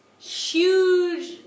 huge